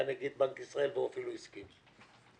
והוא אפילו הסכים.